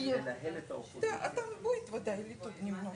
אדוני היושב ראש,